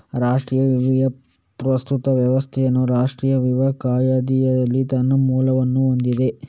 ರಾಷ್ಟ್ರೀಯ ವಿಮೆಯ ಪ್ರಸ್ತುತ ವ್ಯವಸ್ಥೆಯು ರಾಷ್ಟ್ರೀಯ ವಿಮಾ ಕಾಯಿದೆಯಲ್ಲಿ ತನ್ನ ಮೂಲವನ್ನು ಹೊಂದಿದೆ